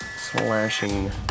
slashing